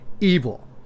evil